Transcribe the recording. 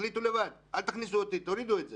תחליטו לבד, אל תכניסו אותי, תורידו את זה.